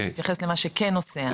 ותתייחס לנושא הדיון.